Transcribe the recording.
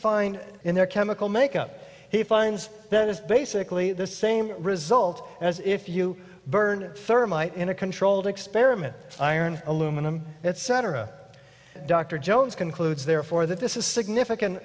find in there chemical make up he finds that is basically the same result as if you burn thermite in a controlled experiment iron aluminum etc dr jones concludes therefore that this is significant